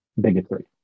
bigotry